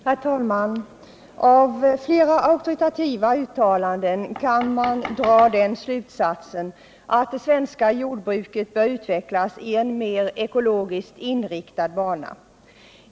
Herr talman! Av flera auktoritativa uttalanden kan man dra den slutsatsen att det svenska jordbruket bör utvecklas i en mer ekologiskt inriktad bana.